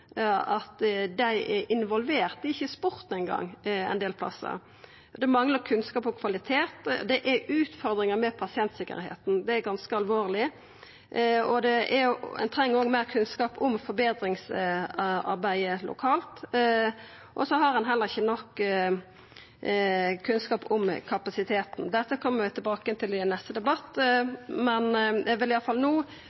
kvalitet. Det er utfordringar med pasientsikkerheita. Det er ganske alvorleg. Ein treng òg meir kunnskap om forbetringsarbeidet lokalt, og så har ein heller ikkje nok kunnskap om kapasiteten. Dette kjem vi tilbake til i neste debatt,